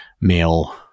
male